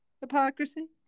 Hypocrisy